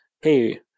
Hey